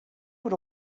what